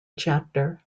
chapter